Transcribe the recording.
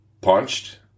punched